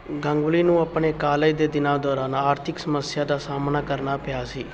ਗਾਂਗੁਲੀ ਨੂੰ ਆਪਣੇ ਕਾਲਜ ਦੇ ਦਿਨਾਂ ਦੌਰਾਨ ਆਰਥਿਕ ਸਮੱਸਿਆ ਦਾ ਸਾਹਮਣਾ ਕਰਨਾ ਪਿਆ ਸੀ